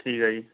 ਠੀਕ ਹੈ ਜੀ